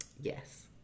yes